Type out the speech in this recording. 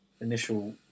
initial